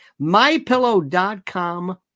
MyPillow.com